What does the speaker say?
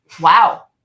Wow